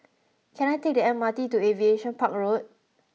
can I take the M R T to Aviation Park Road